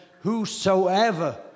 whosoever